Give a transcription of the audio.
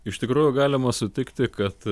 iš tikrųjų galima sutikti kad